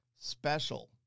special